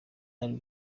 iri